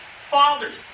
fathers